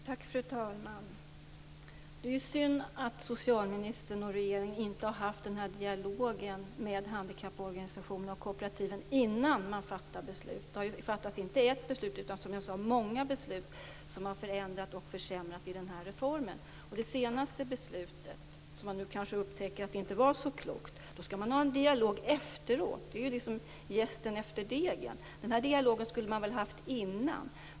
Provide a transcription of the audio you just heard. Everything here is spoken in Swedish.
Fru talman! Det är synd att socialministern och regeringen inte har haft någon dialog med handikapporganisationerna och kooperativen innan man fattade beslut. Det har inte fattats bara ett beslut utan det har varit fråga om många beslut som förändrat och försämrat i reformen. Nu upptäcker man att den senaste förändringen kanske inte var så klok. Då skall man ha en dialog efteråt. Det är som att slänga in jästen efter degen. Man borde ha haft den dialogen tidigare.